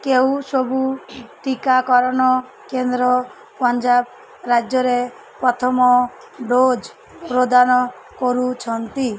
କେଉଁ ସବୁ ଟିକାକରଣ କେନ୍ଦ୍ର ପଞ୍ଜାବ ରାଜ୍ୟରେ ପ୍ରଥମ ଡ଼ୋଜ୍ ପ୍ରଦାନ କରୁଛନ୍ତି